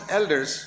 elders